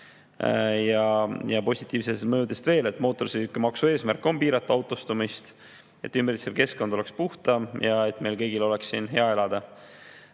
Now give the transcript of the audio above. Positiivsetest mõjudest veel: mootorsõidukimaksu eesmärk on piirata autostumist, et ümbritsev keskkond oleks puhtam ja et meil kõigil oleks siin hea elada.